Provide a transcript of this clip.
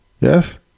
Yes